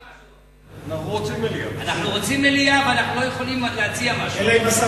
אנחנו רוצים מליאה ואנחנו לא יכולים להציע משהו אחר.